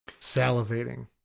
Salivating